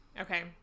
Okay